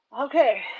Okay